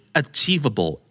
achievable